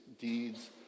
deeds